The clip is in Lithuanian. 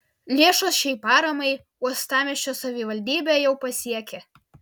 lėšos šiai paramai uostamiesčio savivaldybę jau pasiekė